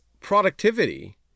productivity